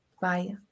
Bye